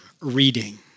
reading